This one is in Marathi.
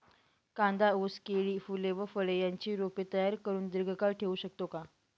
कांदा, ऊस, केळी, फूले व फळे यांची रोपे तयार करुन दिर्घकाळ ठेवू शकतो का?